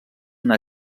una